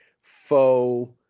faux